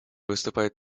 выступает